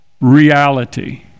reality